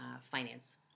finance